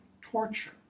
torture